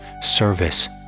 Service